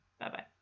bye-bye